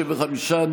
55,